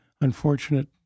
unfortunate